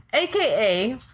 aka